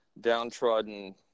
downtrodden